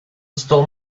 stole